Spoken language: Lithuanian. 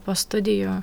po studijų